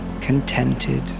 contented